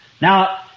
Now